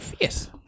yes